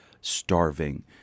starving